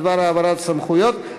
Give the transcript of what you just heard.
בדבר העברת סמכויות,